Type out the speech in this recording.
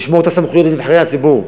לשמור את הסמכויות לנבחרי הציבור.